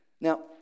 Now